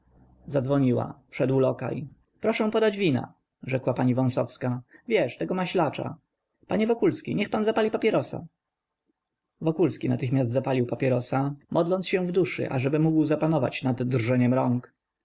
zadzwoniła wszedł lokaj proszę podać wina rzekła pani wąsowska wiesz tego maślacza panie wokulski niech pan zapali papierosa wokulski natychmiast zapalił papierosa modląc się w duszy ażeby mógł zapanować nad drżeniem rąk